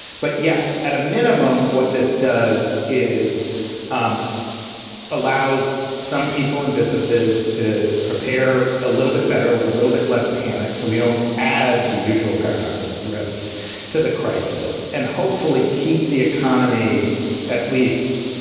but yes, at a minimum, what this does is it um allows some people and businesses to prepare a little bit better with a little bit less panic. so we don't add the usual paradox of thrift to the crisis and hopefully keep the economy at least.